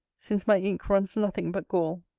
since my ink runs nothing but gall.